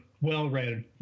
well-read